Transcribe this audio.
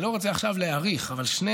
אני לא רוצה להאריך עכשיו,